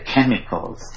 chemicals